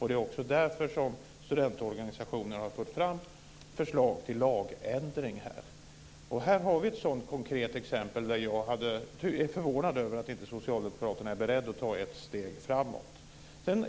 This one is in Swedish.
Det är också därför som studentorganisationerna har fört fram förslag till lagändring här. Här har vi ett sådant konkret exempel där jag är förvånad över att socialdemokraterna inte är beredda att ta ett steg framåt.